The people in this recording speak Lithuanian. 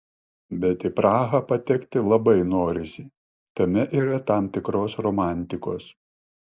bet į prahą patekti labai norisi tame yra tam tikros romantikos